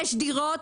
יש דירות,